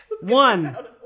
one